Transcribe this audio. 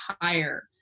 higher